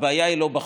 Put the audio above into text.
הבעיה היא לא בחוק,